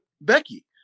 becky